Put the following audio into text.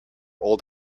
old